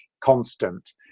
constant